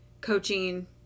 coaching